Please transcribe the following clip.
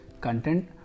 content